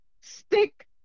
stick